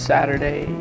Saturday